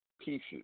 pieces